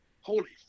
Holy